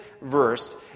verse